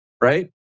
Right